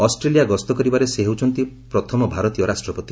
Australia ଗସ୍ତ କରିବାରେ ସେ ହେଉଛନ୍ତି ପ୍ରଥମ ଭାରତୀୟ ରାଷ୍ଟ୍ରପତି